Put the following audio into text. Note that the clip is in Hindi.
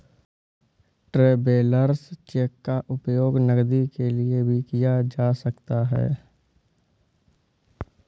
ट्रैवेलर्स चेक का उपयोग नकदी के लिए भी किया जा सकता है